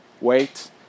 wait